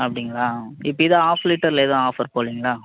அப்படிங்களா இப்போ இது ஆஃப் லிட்டரில் எதுவும் ஆஃபர் போடலைங்களா